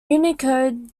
unicode